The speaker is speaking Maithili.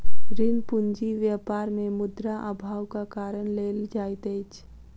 ऋण पूंजी व्यापार मे मुद्रा अभावक कारण लेल जाइत अछि